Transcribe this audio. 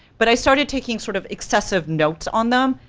but i started taking sort of excessive notes on them,